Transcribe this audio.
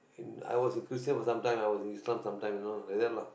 in I was a Christian for sometime I was Islam sometime you know like that lah